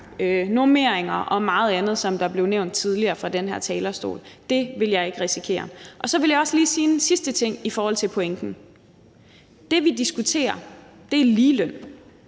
normeringer og meget andet, som det blev nævnt tidligere fra den her talerstol. Det vil jeg ikke risikere. Så vil jeg også lige sige en sidste ting i forhold til pointen. Det, vi diskuterer, er ligeløn.